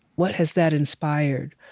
what has that inspired?